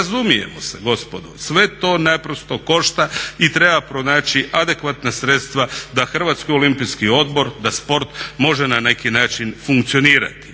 razumijemo se, gospodo, sve to naprosto košta i treba pronaći adekvatna sredstva da Hrvatski olimpijski odbor, da sport može na neki način funkcionirati,